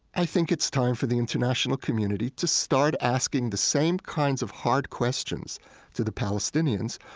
i think it's time for the international community to start asking the same kinds of hard questions to the palestinians,